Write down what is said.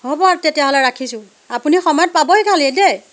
হ'ব তেতিয়াহ'লে ৰাখিছো আপুনি সময়ত পাবহি খালী দেই